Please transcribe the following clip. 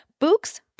Books